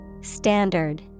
Standard